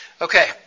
Okay